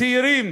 צעירים